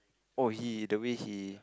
oh he the way he